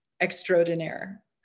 extraordinaire